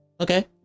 Okay